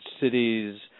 cities